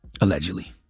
Allegedly